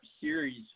series